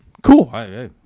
Cool